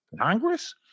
congress